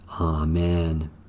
Amen